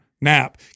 nap